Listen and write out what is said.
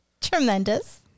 Tremendous